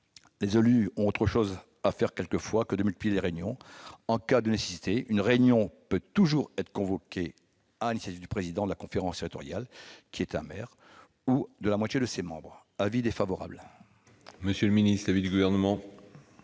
Les élus ont parfois autre chose à faire que de multiplier les réunions. En cas de nécessité, une réunion peut toujours être convoquée sur l'initiative du président de la conférence territoriale, qui est un maire, ou de la moitié de ses membres. Avis défavorable. Quel est l'avis du Gouvernement